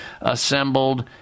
assembled